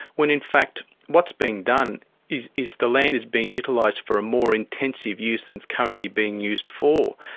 when in fact what's being done is is the land is being utilised for a more intensive use than it's currently being used for.